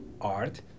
art